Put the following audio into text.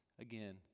Again